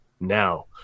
Now